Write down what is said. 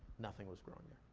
nothing was growing there.